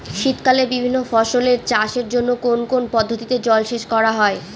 শীতকালে বিভিন্ন ফসলের চাষের জন্য কোন কোন পদ্ধতিতে জলসেচ করা হয়?